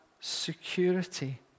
security